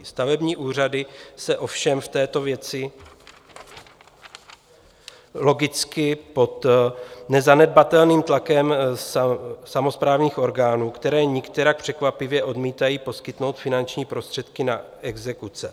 Stavební úřady jsou ovšem v této věci logicky pod nezanedbatelným tlakem samosprávných orgánů, které nikterak překvapivě odmítají poskytnout finanční prostředky na exekuce.